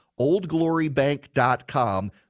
oldglorybank.com